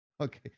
okay